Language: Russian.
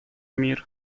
мир